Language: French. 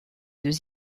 deux